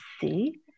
see